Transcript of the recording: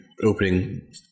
opening